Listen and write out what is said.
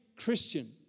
Christian